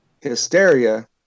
hysteria